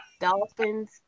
Dolphins